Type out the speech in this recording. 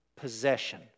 possession